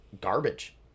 garbage